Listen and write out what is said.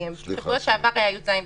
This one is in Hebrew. בשבוע שעבר ביום חמישי היה י"ז בתמוז,